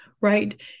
Right